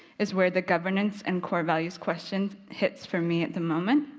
is where the governance and core values question hits for me at the moment.